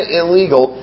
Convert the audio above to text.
illegal